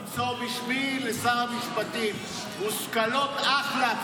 תמסור בשמי לשר המשפטים: מושכלות אחלה,